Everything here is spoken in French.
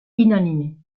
inanimée